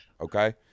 Okay